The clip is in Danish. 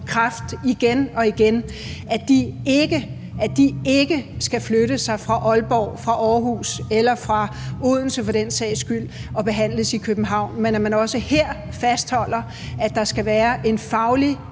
kræft igen og igen, ikke skal flyttes fra Aalborg, Aarhus eller for den sags skyld Odense for at blive behandlet i København, men at man også her fastholder, at der skal være en faglig